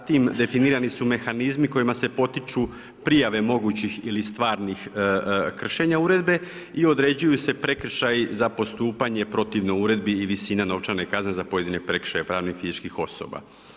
Zatim definirani su mehanizmi kojima se potiču prijave mogućih ili stvarnih kršenja Uredbe i određuju se prekršaji za postupanje protivno Uredbi i visina novčane kazne za pojedine prekršaje pravnih i fizičkih osoba.